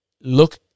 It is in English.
look